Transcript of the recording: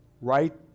Right